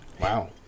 wow